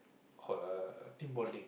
called uh team bonding